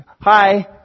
hi